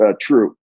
true